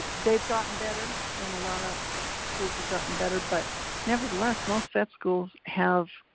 they've gotten better, and a lotta schools have gotten better, but never the less most vet schools have,